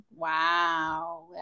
Wow